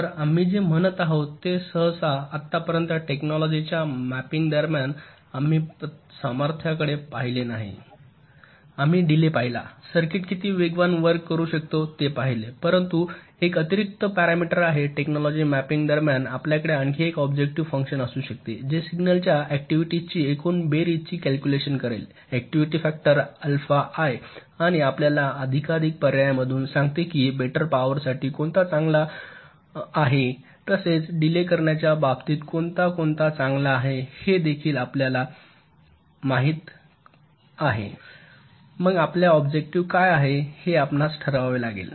तर आम्ही जे म्हणत आहोत ते सहसा आतापर्यंत टेक्नोलॉजीाच्या मॅपिंग दरम्यान आम्ही सामर्थ्याकडे पाहिले नाही आम्ही डिलेय पाहिला सर्किट किती वेगवान वर्क करू शकते हे पाहिले परंतु आता एक अतिरिक्त पॅरामीटर आहे टेक्नोलॉजी मॅपिंग दरम्यान आपल्याकडे आणखी एक ऑब्जेक्टिव्ह फंक्शन असू शकते जे सिग्नलच्या ऍक्टिव्हिटीएसची एकूण बेरीजची कॅल्क्युलेशन करेल ऍक्टिव्हिटी फॅक्टर्स अल्फा आय आणि आपल्याला एकाधिक पर्यायांमधून सांगाते की बेटर पॉवर साठी कोणता कोणता चांगला आहे तसेच डिलेय करण्याच्या बाबतीत कोणता कोणता चांगला आहे हे देखील आपल्याला माहित आहे मग आपला आब्जेक्टिव्ह काय आहे हे आपणास ठरवावे लागेल